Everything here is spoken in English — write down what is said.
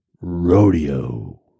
Rodeo